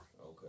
Okay